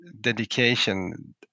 dedication